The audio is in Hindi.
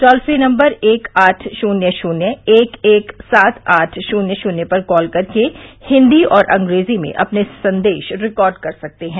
टोल फ्री नम्बर एक आठ शन्य शन्य एक एक सात आठ शून्य शून्य पर कॉल करके हिन्दी और अंग्रेजी में अपने संदेश रिकॉर्ड कर सकते हैं